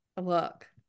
Look